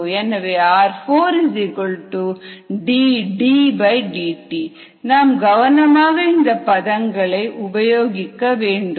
எனவே r4 dDdt நாம் கவனமாக இந்த பதங்களை உபயோகிக்க வேண்டும்